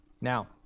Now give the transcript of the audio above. Now